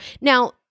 Now